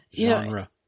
genre